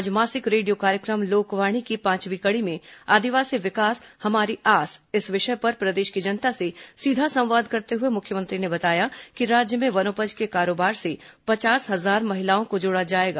आज मासिक रेडियो कार्यक्रम लोकवाणी की पांचवीं कड़ी में आदिवासी विकास हमारी आस विषय पर प्रदेश की जनता से सीधा संवाद करते हुए मुख्यमंत्री ने बताया कि राज्य में वनोपज के कारोबार से पचास हजार महिलाओं को जोड़ा जाएगा